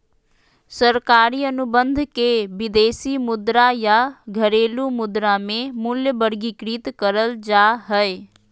सरकारी अनुबंध के विदेशी मुद्रा या घरेलू मुद्रा मे मूल्यवर्गीत करल जा हय